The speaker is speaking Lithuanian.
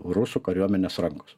rusų kariuomenės rankos